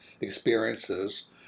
experiences